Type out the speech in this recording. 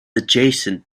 adjacent